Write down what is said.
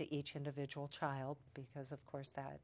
to each individual child because of course that